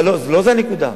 אבל לא זו הנקודה.